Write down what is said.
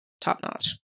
top-notch